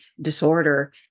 disorder